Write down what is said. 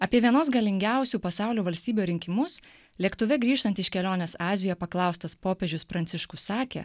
apie vienos galingiausių pasaulio valstybių rinkimus lėktuve grįžtant iš kelionės azijoj paklaustas popiežius pranciškus sakė